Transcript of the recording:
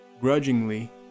grudgingly